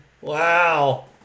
Wow